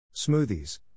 Smoothies